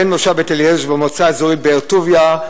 בן מושב בית-עזרא שבמועצה האזורית באר-טוביה.